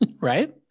Right